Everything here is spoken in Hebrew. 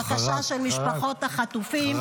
-- בקשה של משפחות החטופים.